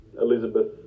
Elizabeth